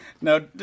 No